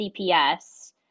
CPS